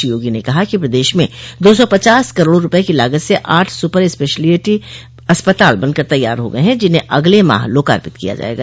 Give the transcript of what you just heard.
श्री योगी ने कहा कि प्रदेश में दो सौ पचास करोड़ रूपये की लागत से आठ स्पर स्पेशियलिटी अस्पताल बनकर तैयार हो गये हैं जिन्हे अगले माह लोकार्पित किया जायेगा